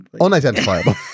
Unidentifiable